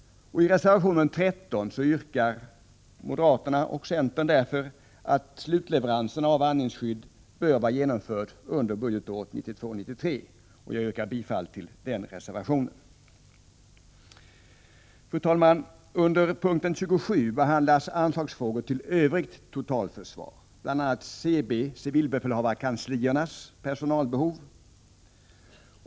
I reservation 13 yrkar moderaterna och centern därför att slutleveranserna av andningsskydd skall vara genomförda under budgetåret 1992/93. Jag yrkar bifall till den reservationen. Fru talman! Under punkt 27 behandlas anslagsfrågor för övrigt totalförsvar, bl.a. civilbefälhavarkansliernas personalbehov.